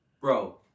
Bro